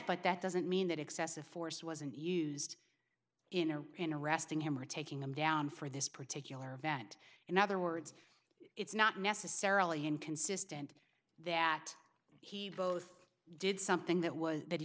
but that doesn't mean that excessive force wasn't used in or in arresting him or taking him down for this particular event in other words it's not necessarily inconsistent that he both did something that was that he